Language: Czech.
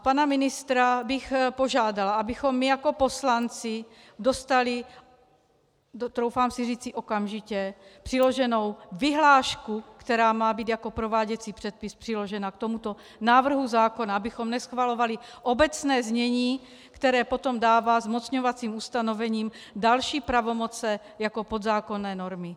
Pana ministra bych požádala, abychom my jako poslanci dostali troufám si říci okamžitě přiloženou vyhlášku, která má být jako prováděcí předpis přiložena k tomuto návrhu zákona, abychom neschvalovali obecné znění, které potom dává zmocňovacím ustanovením další pravomoci jako podzákonné normy.